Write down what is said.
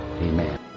Amen